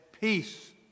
peace